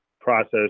process